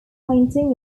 painting